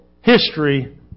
history